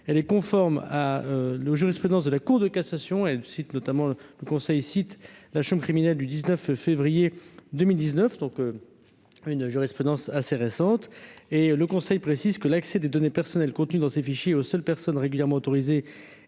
elle est conforme à nos jurisprudence de la Cour de cassation, elle cite notamment le Conseil cite la chambre criminelle du 19 février 2019 donc. Une jurisprudence assez récente, et le Conseil précise que l'accès des données personnelles contenues dans ces fichiers aux seules personnes régulièrement autorisée